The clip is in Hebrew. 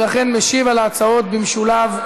ולכן משיב על ההצעות במשולב,